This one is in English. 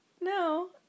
No